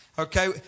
Okay